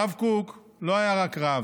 הרב קוק לא היה רק רב.